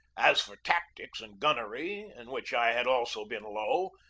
as for tactics and gun nery, in which i had also been low,